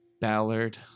Ballard